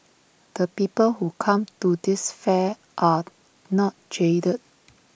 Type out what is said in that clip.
the people who come to this fair are not jaded